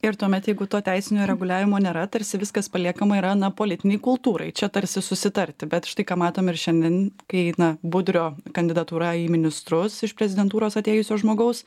ir tuomet jeigu to teisinio reguliavimo nėra tarsi viskas paliekama yra na politinei kultūrai čia tarsi susitarti bet štai ką matom ir šiandien kai na budrio kandidatūra į ministrus iš prezidentūros atėjusio žmogaus